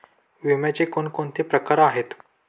विम्याचे कोणकोणते प्रकार आहेत?